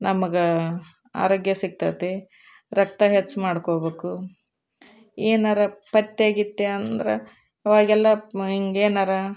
ನಮಗೆ ಆರೋಗ್ಯ ಸಿಕ್ತೈತಿ ರಕ್ತ ಹೆಚ್ಚು ಮಾಡ್ಕೊಬೇಕು ಏನಾರೂ ಪಥ್ಯ ಗಿಥ್ಯ ಅಂದ್ರೆ ಅವಾಗೆಲ್ಲ ಹಿಂಗ್ ಏನಾರೂ